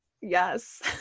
Yes